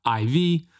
IV